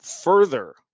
further